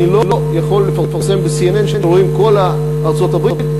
אני לא יכול לפרסם ב-CNN שרואים כל תושבי ארצות-הברית,